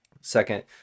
second